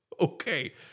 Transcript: Okay